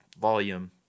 volume